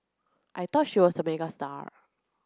I thought she was a megastar